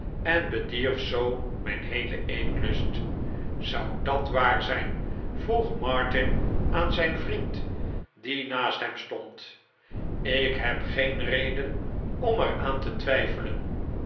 en bedierf zoo mijn heelen eetlust r zou dat waar zijn vroeg martin aan zijn vriend die naast hem stond ik heb geen reden om er aan te twijfelen